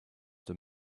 the